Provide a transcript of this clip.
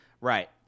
right